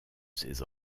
ses